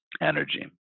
energy